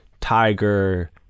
Tiger